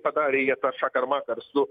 padarė jie tą šakar makar su